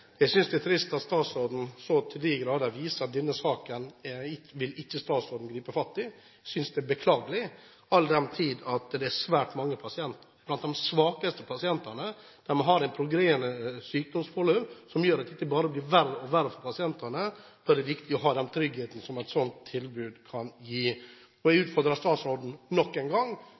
Jeg synes det er trist at statsråden så til de grader viser at denne saken vil hun ikke gripe fatt i. Jeg synes det er beklagelig, all den tid at det er svært mange blant de svakeste pasientene som har et progredierende sykdomsforløp, noe som gjør at det bare blir verre og verre for pasientene. Da er det viktig å ha den tryggheten som et sånt tilbud kan gi. Jeg utfordrer statsråden nok en gang: